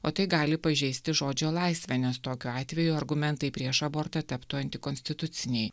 o tai gali pažeisti žodžio laisvę nes tokiu atveju argumentai prieš abortą taptų antikonstituciniai